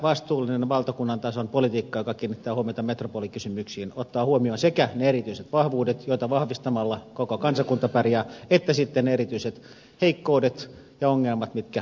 vastuullinen valtakunnan tason politiikka joka kiinnittää huomiota metropolikysymyksiin ottaa huomioon sekä ne erityiset vahvuudet joita vahvistamalla koko kansakunta pärjää että sitten ne erityiset heikkoudet ja ongelmat jotka metropoliseuduille ovat tyypillisiä